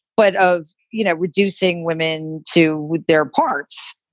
but of, you know, reducing women to their parts.